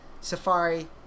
Safari